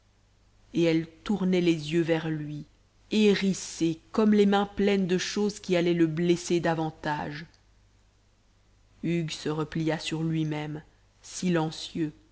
et elle tournait les yeux vers lui hérissée comme les mains pleines de choses qui allaient le blesser davantage hugues se replia sur lui-même silencieux